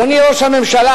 אדוני ראש הממשלה,